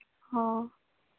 हां